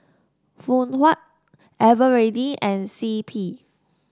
Phoon Huat Eveready and C P